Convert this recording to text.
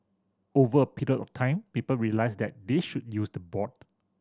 over a period of time people realise that they should use the board